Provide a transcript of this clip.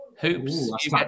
hoops